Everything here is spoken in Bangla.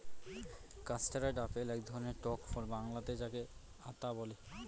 কাস্টারড আপেল এক ধরনের টক ফল বাংলাতে যাকে আঁতা বলে